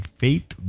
faith